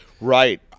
Right